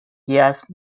jazz